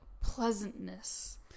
pleasantness